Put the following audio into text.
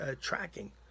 tracking